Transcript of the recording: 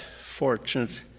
fortunate